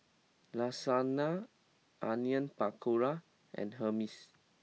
Lasagna Onion Pakora and Hummus